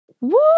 woo